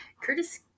Curtis